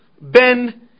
ben